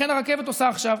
לכן הרכבת עושה עכשיו,